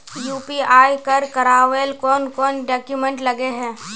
UPI कर करावेल कौन कौन डॉक्यूमेंट लगे है?